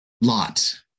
Lot